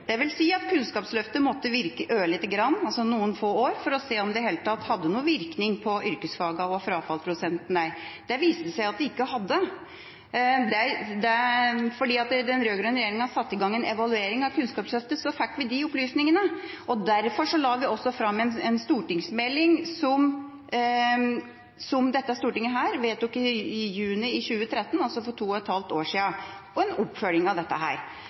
at Kunnskapsløftet måtte virke noen få år før en kunne se om det i det hele tatt hadde noen virkning på yrkesfagene og frafallsprosenten der. Det viste det seg at det ikke hadde. Den rød-grønne regjeringa satte i gang en evaluering av Kunnskapsløftet som ga oss de opplysningene. Derfor la vi også fram en stortingsmelding som Stortinget vedtok i juni 2013, altså for to og et halvt år siden. Den var en oppfølging av dette.